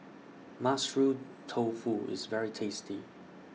Mushroom Tofu IS very tasty